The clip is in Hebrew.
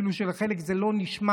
אפילו שלחלק זה לא נשמע,